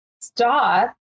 stop